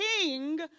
king